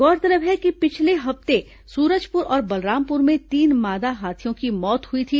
गौरतलब है कि पिछले हफ्ते सूरजपुर और बलरामपुर में तीन मादा हाथियों की मौत हुई थी